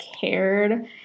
cared